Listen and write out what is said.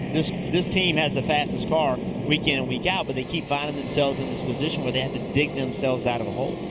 this this team has the fastest car week in and week out but they keep finding themselves in this position where they have to dig themselves out of a hole.